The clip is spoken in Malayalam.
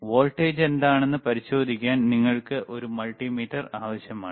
വോൾട്ടേജ് എന്താണെന്ന് പരിശോധിക്കാൻ നിങ്ങൾക്ക് ഒരു മൾട്ടിമീറ്റർ ആവശ്യമാണ്